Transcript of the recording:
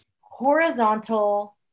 horizontal